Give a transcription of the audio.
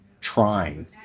trying